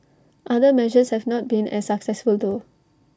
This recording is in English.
other measures have not been as successful though